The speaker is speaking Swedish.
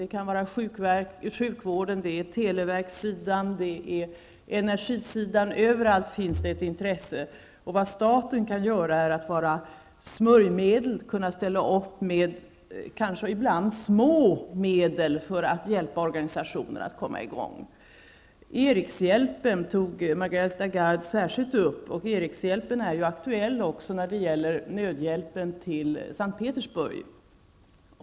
Det kan gälla sjukvården, televerkssidan, energisidan, osv. Överallt finns det ett intresse. Vad staten kan göra är att vara smörjmedel och att ibland kunna ställa upp med små medel för att hjälpa organisationer att komma i gång. Margareta Gard tog upp Erikshjälpen. Den är aktuell även när det gäller nödhjälpen till Sankt Petersburg.